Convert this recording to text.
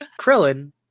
Krillin